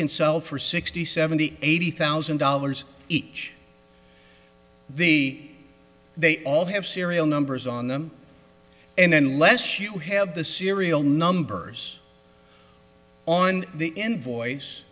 can sell for sixty seventy eighty thousand dollars each the they all have serial numbers on them and unless you have the serial numbers on the invoice